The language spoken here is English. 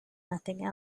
nothing